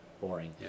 boring